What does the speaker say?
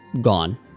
gone